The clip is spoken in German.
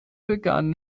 begann